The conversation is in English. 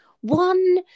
one